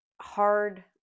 hard